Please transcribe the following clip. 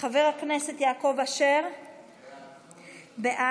חבר הכנסת יעקב אשר, בעד,